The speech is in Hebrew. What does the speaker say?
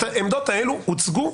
העמדות האלו הוצגו.